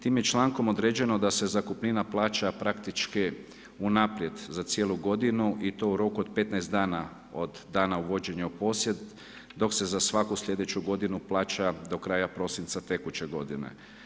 Tim je člankom određeno da se zakupnina plaća, praktički unaprijed, za cijelu godinu i to u roku od 15 dana, od dana uvođenje u posjed, dok se za svaku slijedeću godinu plaća do kraja prosinca tekuće godine.